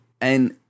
And-